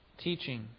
teaching